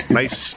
nice